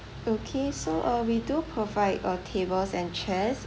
okay so uh we do provide uh tables and chairs